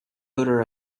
odor